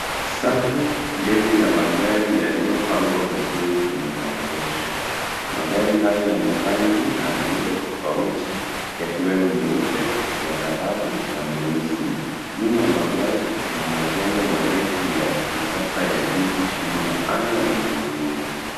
Safu ndefu ya magari yaliyopangwa vizuri kwenye maegesho. Magari hayo yana rangi na miundo tofauti yakiwemo meupe, ya dhahabu na meusi. Nyuma ya magari kuna majengo marefu ya kisasa ya jiji chini ya anga lenye mawingu.